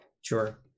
Sure